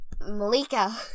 Malika